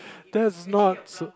that's not so